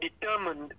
determined